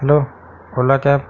hello ola cab